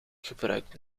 gebruikt